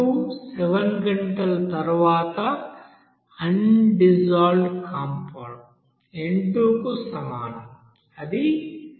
7 గంటల తర్వాత undissolved compound n2 కు సమానం అది 10